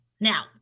Now